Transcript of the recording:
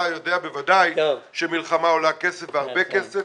בוודאי יודע שמלחמה עולה כסףוהרבה כסף.